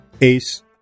ace